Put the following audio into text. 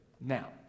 Now